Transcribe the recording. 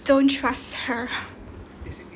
don't trust her